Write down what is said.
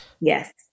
Yes